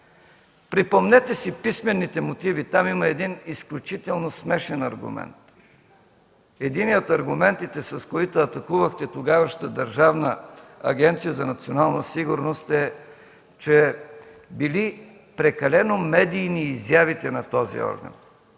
Припомнете си писмените мотиви. Там има един изключително смешен аргумент. Единият от аргументите, с които атакувахте тогавашната Държавна агенция за национална сигурност, е, че били прекалено медийни изявите на този орган.